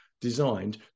designed